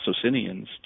Socinians